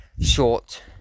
short